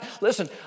listen